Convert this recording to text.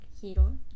Hero